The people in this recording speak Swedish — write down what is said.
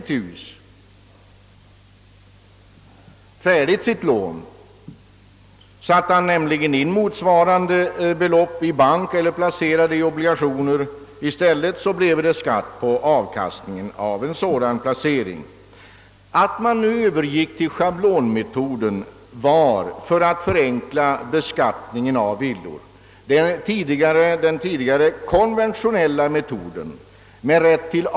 Om han nämligen hade satt in pengarna på bank eller placerat dem i obligationer skulle det ha blivit skatt på avkastningen. Övergången till schablonmetoden berodde på att man ville förenkla beskattningen av villor. Den tidigare konventionella metoden med rätt till.